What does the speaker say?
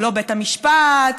לא בית המשפט,